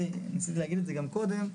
ניסיתי להגיד את זה גם קודם,